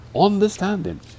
understanding